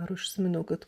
ar užsiminiau kad